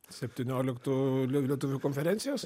septynioliktų lie lietuvių konferencijos